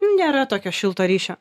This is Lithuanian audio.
nėra tokio šilto ryšio